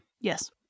Yes